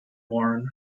warren